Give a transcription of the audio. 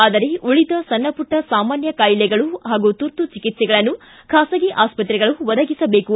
ಆದರೆ ಉಳಿದ ಸಣ್ಣಪುಟ್ಟ ಸಾಮಾನ್ಯ ಕಾಯಿಲೆಗಳು ಹಾಗೂ ತುರ್ತು ಚಿಕಿತ್ಸೆಗಳನ್ನು ಖಾಸಗಿ ಆಸ್ತ್ರೆಗಳು ಒದಗಿಸಬೇಕು